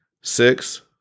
six